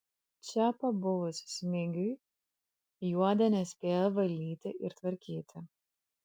čia pabuvus smigiui juodė nespėja valyti ir tvarkyti